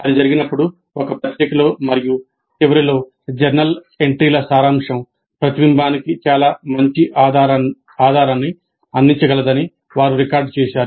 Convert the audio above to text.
అది జరిగినప్పుడు ఒక పత్రికలో మరియు చివరిలో జర్నల్ ఎంట్రీల సారాంశం ప్రతిబింబానికి చాలా మంచి ఆధారాన్ని అందించగలదని వారు రికార్డ్ చేస్తారు